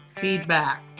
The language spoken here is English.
feedback